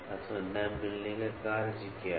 अथवा न मिलने का क्या कार्य है